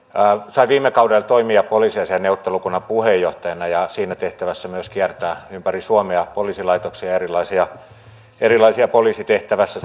sain viime kaudella toimia poliisiasiain neuvottelukunnan puheenjohtajana ja siinä tehtävässä myös kiertää ympäri suomea poliisilaitoksia ja tavata erilaisia poliisin tehtävää